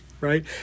right